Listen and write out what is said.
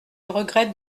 regrette